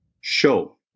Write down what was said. show